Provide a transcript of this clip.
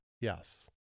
Yes